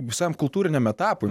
visam kultūriniam etapui